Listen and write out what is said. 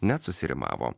net susirimavo